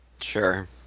Sure